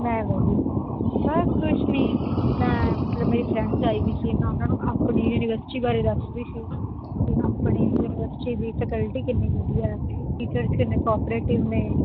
ਮੈਂ ਵਧੀ ਬਸ ਕੁਛ ਨਹੀਂ ਮੈਂ ਮਤਲਬ ਮੇਰੀ ਫਰੈਂਡਸ ਆਈ ਵੀ ਸੀ ਮੈਂ ਉਹਨਾਂ ਨੂੰ ਆਪਣੀ ਯੂਨੀਵਰਸਿਟੀ ਬਾਰੇ ਦੱਸ ਰਹੀ ਸੀ ਅਤੇ ਆਪਣੀ ਯੂਨੀਵਰਸਿਟੀ ਵੀ ਫੈਕਲਟੀ ਕਿੰਨੀ ਵਧੀਆ ਟੀਚਰਸ ਨੇ ਕੋਆਪਰੇਟਿਵ ਨੇ